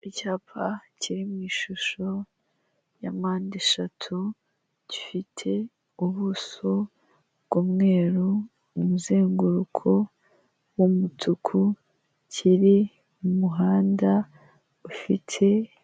Icyapa kiri mu ishusho ya mpandeshatu, gifite ubuso bw'umweru, umuzenguruko w'umutuku, kiri mu muhanda ufite.